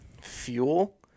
fuel